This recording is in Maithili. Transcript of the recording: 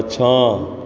पाछाँ